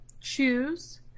choose